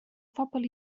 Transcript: phobl